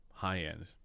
High-end